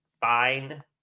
fine